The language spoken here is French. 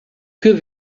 queue